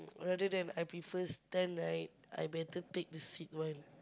rather than I prefer stand right I better take the seat one